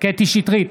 קטי קטרין שטרית,